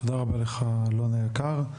תודה רבה לך אלון היקר.